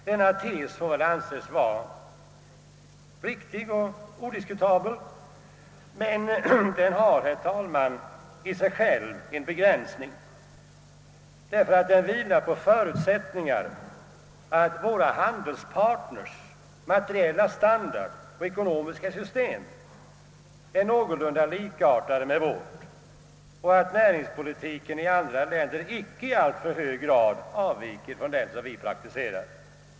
Denna tes får väl anses riktig och odiskutabel men har, herr talman, i sig själv en begränsning enär den vilar på förutsättningen att våra handelspart ners materiella standard och ekonomiska system är någorlunda likartade med våra och att näringspolitiken i andra länder icke i alltför hög grad avviker från den vi praktiserar.